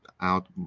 out